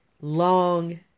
long